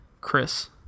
Chris